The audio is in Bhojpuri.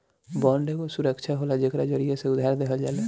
बांड एगो सुरक्षा होला जेकरा जरिया से उधार देहल जाला